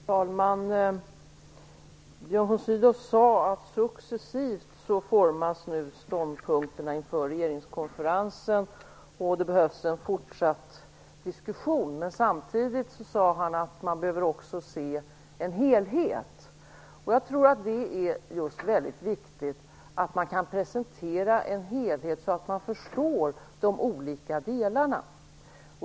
Herr talman! Björn von Sydow sade att ståndpunkterna nu successivt formas inför regeringskonferensen och att det behövs en fortsatt diskussion. Samtidigt sade han att man också behöver se en helhet. Jag tror att det är väldigt viktigt att man just kan presentera en helhet, så att man förstår de olika delarna.